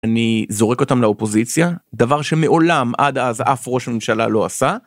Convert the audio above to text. אני זורק אותם לאופוזיציה דבר שמעולם עד אז אף ראש ממשלה לא עשה.